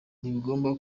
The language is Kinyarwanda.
ntibigomba